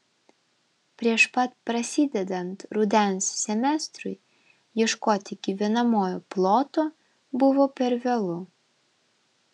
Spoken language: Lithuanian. prieš pat prasidedant rudens semestrui ieškoti gyvenamojo ploto buvo per vėlu